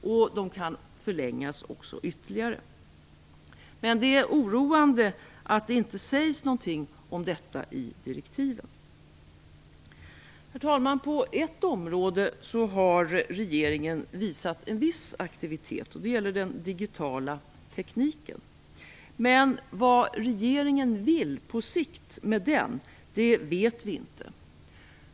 De kan också förlängas ytterligare. Det är dock oroande att det inte sägs någonting om detta i direktiven. Herr talman! På ett område har regeringen visat en viss aktivitet. Det gäller den digitala tekniken. Men vad regeringen vill med denna på sikt, vet vi inte.